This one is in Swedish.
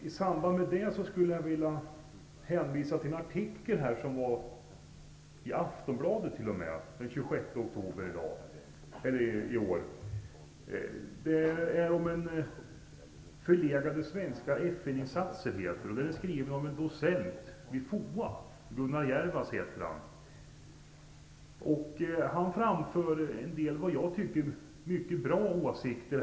I samband med det vill jag hänvisa till en artikel i Förlegade svenska FN-insatser och är skriven av en docent vid FOA, Gunnar Jervas. Han framför en del, som jag tycker, bra åsikter.